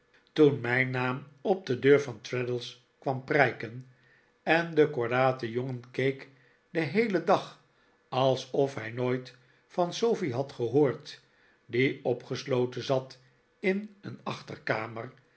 toen mijn naam op de deur van traddles kwam prijken en de kordate jongen keek den heelen dag alsof hij nooit van sofie had gehoord die opgesloten zat in een achterkamer